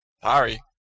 Sorry